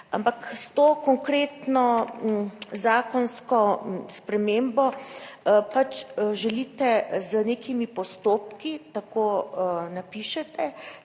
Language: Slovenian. Ampak s to konkretno zakonsko spremembo pač želite z nekimi postopki, tako napišete,